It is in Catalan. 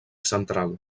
central